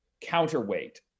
counterweight